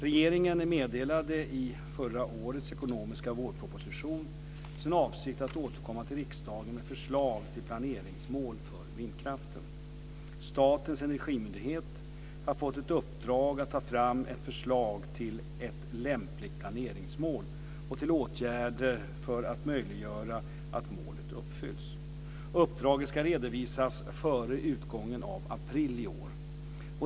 Regeringen meddelade i förra årets ekonomiska vårproposition sin avsikt att återkomma till riksdagen med förslag till planeringsmål för vindkraften. Statens energimyndighet har fått i uppdrag att ta fram ett förslag till ett lämpligt planeringsmål och till åtgärder för att möjliggöra att målet uppfylls. Uppdraget ska redovisas före utgången av april i år.